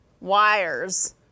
wires